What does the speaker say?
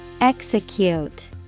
Execute